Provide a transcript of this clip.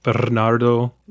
Bernardo